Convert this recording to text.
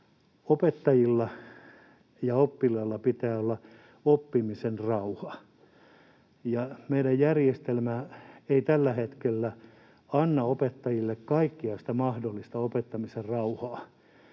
opettajilla ja oppilailla pitää olla oppimisen rauha ja meidän järjestelmämme ei tällä hetkellä anna opettajille kaikkea mahdollista opettamisen rauhaa.